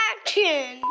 action